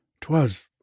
twas